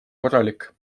korralik